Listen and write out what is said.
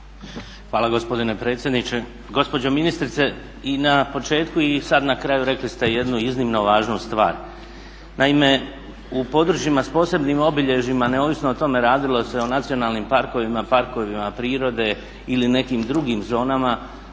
Hvala gospodine predsjedniče. Gospođo ministrice, i na početku i sada na kraju rekli ste jednu iznimno važnu stvar. Naime, u područjima s posebnim obilježjima neovisno o tome radilo se o nacionalnim parkovima, parkovima prirode ili nekim drugim zonama